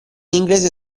inglese